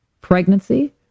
Pregnancy